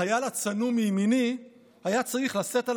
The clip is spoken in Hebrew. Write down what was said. החייל הצנום מימיני היה צריך לשאת על